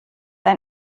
ein